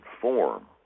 form